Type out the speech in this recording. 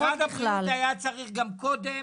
משרד הבריאות היה צריך גם קודם,